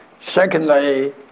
Secondly